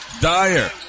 Dyer